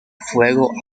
fuego